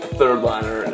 third-liner